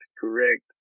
correct